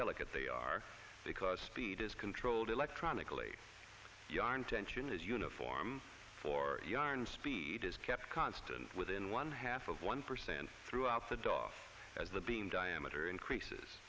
delicate they are because speed is controlled electronically your intention is uniform for yarn speed is kept constant within one half of one percent throughout the doff as the beam diameter increases